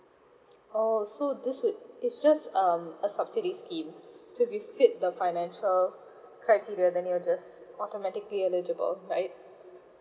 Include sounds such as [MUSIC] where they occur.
oh so this would it's just um a subsidies scheme [BREATH] so if we fit the financial criteria then it will just automatically eligible right